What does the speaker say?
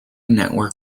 network